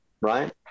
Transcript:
right